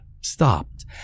stopped